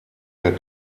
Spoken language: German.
der